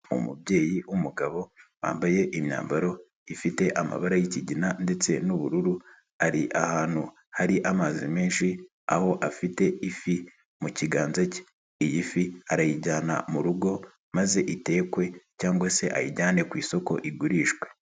Umubyeyi w'umugabo wambaye imyambaro ifite amabara yi'kigina ndetse n'ubururu ari ahantu hari amazi menshi aho afite ifi mu kiganza cye, iyi fi arayijyana mu rugo maze itekwe cyangwa se ayijyane ku isoko igurishwe.